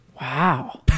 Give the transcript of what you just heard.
Wow